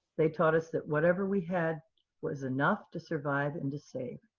they taught us that whatever we had was enough to survive and to save.